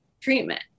treatment